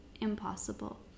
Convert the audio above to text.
impossible